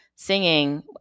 Singing